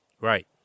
Right